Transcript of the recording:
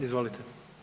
Izvolite.